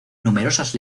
numerosas